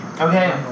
Okay